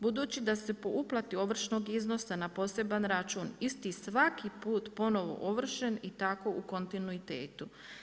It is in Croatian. Budući da se po uplati ovršnog iznosa na poseban račun isti i svaki put ponovo ovršen i tako u kontinuitetu.